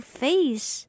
face